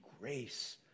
grace